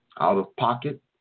Out-of-pocket